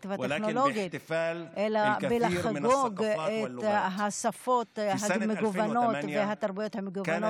וטכנולוגית אלא בלחגוג את השפות המגוונות והתרבויות המגוונות.